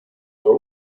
are